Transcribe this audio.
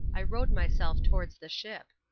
i rowed myself towards the ship.